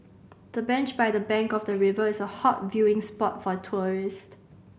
the bench by the bank of the river is a hot viewing spot for tourist